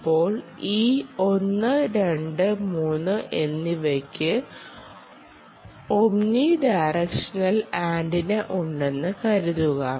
ഇപ്പോൾ ഈ 1 2 3 എന്നിവയ്ക്ക് ഓമ്നിഡയറക്ഷണൽ ആന്റിന ഉണ്ടെന്ന് കരുതുക